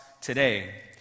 today